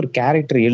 character